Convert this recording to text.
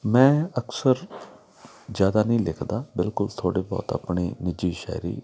ਮੈਂ ਅਕਸਰ ਜ਼ਿਆਦਾ ਨਹੀਂ ਲਿਖਦਾ ਬਿਲਕੁਲ ਥੋੜ੍ਹੇ ਬਹੁਤ ਆਪਣੀ ਨਿੱਜੀ ਸ਼ਾਇਰੀ